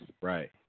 Right